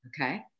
Okay